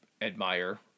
admire